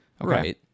Right